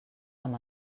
amb